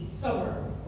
summer